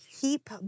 keep